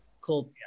cool